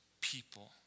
people